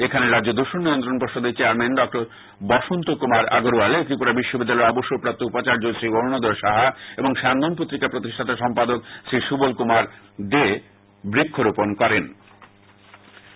এখানে রাজ্য দৃষণ নিয়ন্ত্রণ পর্ষদের চেয়ারম্যান ড বসন্ত কুমার আগরওয়াল ত্রিপুরা বিশ্ববিদ্যালয়ের অবসরপ্রাপ্ত উপাচার্য শ্রী অরুণোদয় সাহা এবং স্যন্দন পত্রিকার প্রতিষ্ঠাতা সম্পাদক শ্রী সুবল কুমার দে বৃক্ষরোপণ করেন